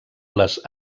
les